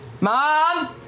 Mom